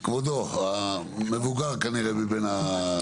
כבודו, המבוגר כנראה מבין.